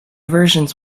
versions